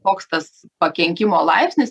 koks tas pakenkimo laipsnis